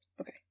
Okay